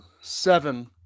seven